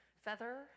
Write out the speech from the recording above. feather